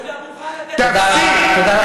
אתה מוכן לתת לי, תודה רבה.